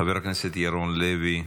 חבר הכנסת ירון לוי,